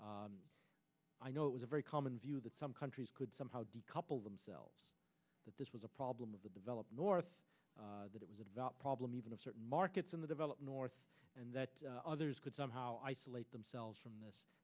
experiencing i know it was a very common view that some countries could somehow decouple themselves that this was a problem of the develop north that it was about problem even of certain markets in the develop north and that others could somehow isolate themselves from this